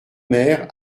mère